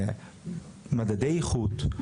מדדי איכות.